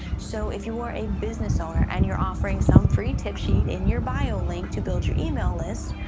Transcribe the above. so, if you are a business owner, and you're offering some free tip sheet in your bio link to build your email list,